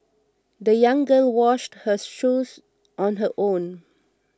the young girl washed her shoes on her own